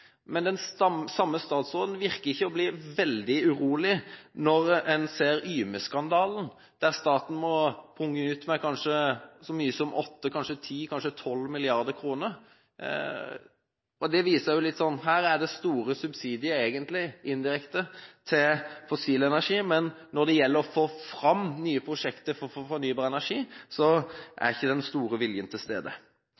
Men den samme statsråd virker ikke å bli veldig urolig når en ser Yme-skandalen, der staten må punge ut med kanskje så mye som 8, kanskje 10, kanskje 12 mrd. kr. Her er det egentlig indirekte store subsidier til fossil energi, men når det gjelder å få fram nye prosjekter for fornybar energi,